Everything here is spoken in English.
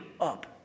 up